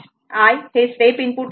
तर I हे step input आहे